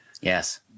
Yes